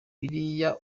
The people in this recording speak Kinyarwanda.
biriya